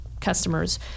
customers